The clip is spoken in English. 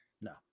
No